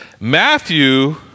Matthew